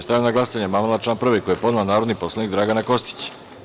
Stavljam na glasanje amandman na član 2. koji je podnela narodni poslanik Dragana Kostić.